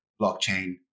blockchain